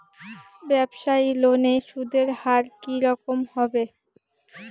ব্যবসায়ী লোনে সুদের হার কি রকম হবে?